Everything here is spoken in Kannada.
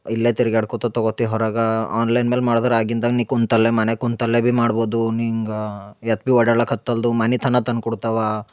ಇಲ್ಲೇ ತಿರ್ಗ್ಯಾಡ್ಕೋತ ತಗೊತಿ ಹೊರಗೆ ಆನ್ಲೈನ್ ಮೇಲೆ ಮಾಡ್ದರ ಆಗಿಂದ ಆಗ ನೀ ಕುಂತಲ್ಲೇ ಮನೆಗೆ ಕುಂತಲ್ಲೇ ಬಿ ಮಾಡ್ಬೋದು ನೀ ಹಿಂಗಾ ಎತ್ ಬಿ ಓಡಾಡ್ಲ್ಯಾಕೆ ಹತ್ತಲ್ದು ಮನೆ ತನ ತಂದು ಕುಡ್ತಾವ